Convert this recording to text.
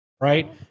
right